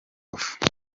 off